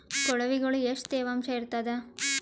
ಕೊಳವಿಗೊಳ ಎಷ್ಟು ತೇವಾಂಶ ಇರ್ತಾದ?